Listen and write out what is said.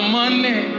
money